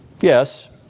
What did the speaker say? Yes